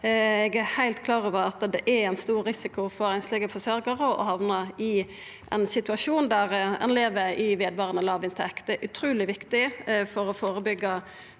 Eg er heilt klar over at det er ein stor risiko for at einslege forsørgjarar hamnar i ein situasjon der ein lever i vedvarande låginntekt. Det er utruleg viktig for å førebyggja